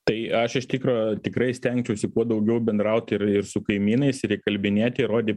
tai aš iš tikro tikrai stengčiausi kuo daugiau bendrauti ir ir su kaimynais ir įkalbinėti rodyt